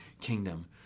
kingdom